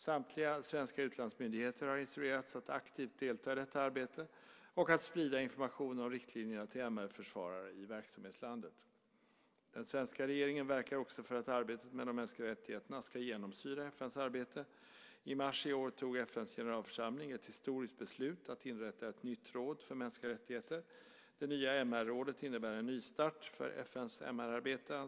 Samtliga svenska utlandsmyndigheter har instruerats att aktivt delta i detta arbete och att sprida information om riktlinjerna till MR-försvarare i verksamhetslandet. Den svenska regeringen verkar också för att arbetet med de mänskliga rättigheterna ska genomsyra FN:s arbete. I mars i år tog FN:s generalförsamling ett historiskt beslut att inrätta ett nytt råd för mänskliga rättigheter. Det nya MR-rådet innebär en nystart för FN:s MR-arbete.